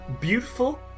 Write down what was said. beautiful